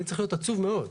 אני צריך להיות עצוב מאוד.